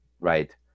Right